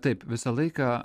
taip visą laiką